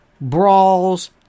brawls